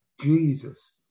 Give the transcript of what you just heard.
Jesus